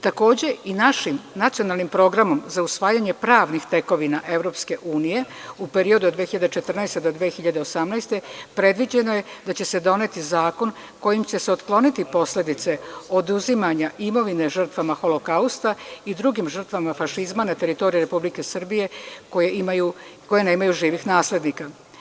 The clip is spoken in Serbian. Takođe i našim nacionalnim programom za usvajanje pravnih tekovina EU u periodu od 2014. do 2018. godine predviđeno je da će se doneti zakon kojim će se otkloniti posledice oduzimanja imovine žrtvama holokausta i drugim žrtvama fašizma na teritoriji Republike Srbije koje nemaju živih naslednika.